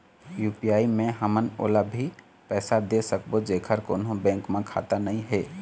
UPI मे हमन ओला भी पैसा दे सकबो जेकर कोन्हो बैंक म खाता नई हे?